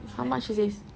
how much is this